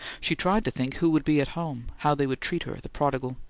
she tried to think who would be at home, how they would treat her, the prodigal,